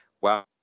wow